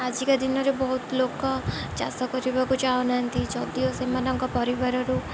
ଆଜିକା ଦିନରେ ବହୁତ ଲୋକ ଚାଷ କରିବାକୁ ଚାହୁନାହାଁନ୍ତି ଯଦିଓ ସେମାନଙ୍କ ପରିବାରରୁ